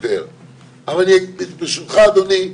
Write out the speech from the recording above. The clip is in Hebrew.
אבל ברשותך אדוני,